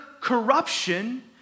corruption